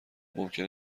ممکن